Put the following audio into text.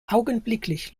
augenblicklich